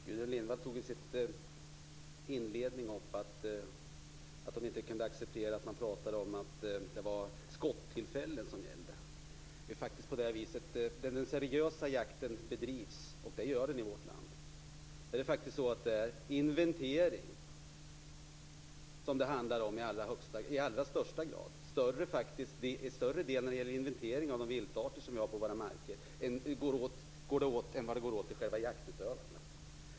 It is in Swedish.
Herr talman! Gudrun Lindvall tog i sin inledning upp att hon inte kunde acceptera att man talade om att det var skottillfällen som gällde. Där den seriösa jakten bedrivs - och det gör den i vårt land - handlar det faktiskt i allra högsta grad om inventering. Det går åt en större del när det gäller inventering av de viltarter som vi har på våra marker än till själva jaktutövandet.